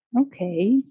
Okay